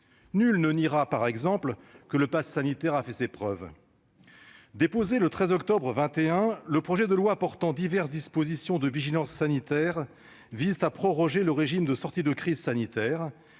Nul ne niera, par exemple, que le passe sanitaire a fait ses preuves. Déposé le 13 octobre 2021, le projet de loi portant diverses dispositions de vigilance sanitaire vise à proroger le régime de sortie de crise sanitaire,